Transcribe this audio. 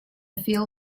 feel